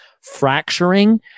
fracturing